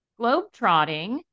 globetrotting